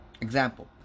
Example